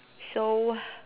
so